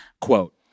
quote